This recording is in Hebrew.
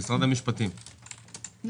יש חשיבות